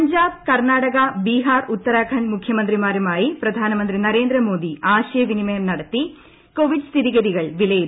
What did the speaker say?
പഞ്ചാബ് കർണാടക ബീഹാർ ഉത്തരാഖണ്ഡ് മുഖ്യമന്ത്രിമാരുമായി പ്രധാനമന്ത്രി നരേന്ദ്ര മോദി ആശയവിനിമയം നടത്തി കോവിഡ് സ്ഥിതിഗതികൾ വിലയിരുത്തി